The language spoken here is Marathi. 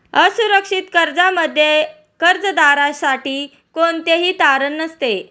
असुरक्षित कर्जामध्ये कर्जदारासाठी कोणतेही तारण नसते